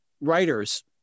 writers